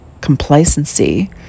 complacency